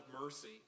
mercy